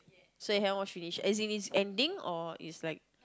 so you haven't watch finish as in it's ending or it's like